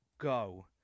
go